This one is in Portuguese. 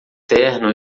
terno